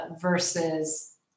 versus